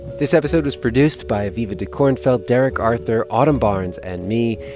this episode was produced by aviva dekornfeld, derek arthur, autumn barnes and me.